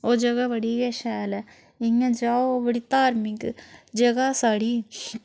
ओह् जगह् बड़ी गै शैल ऐ इ'यां जाओ बड़ी धार्मिक जगह् साढ़ी